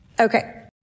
Okay